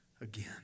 again